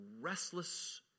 restless